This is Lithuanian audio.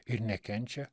ir nekenčia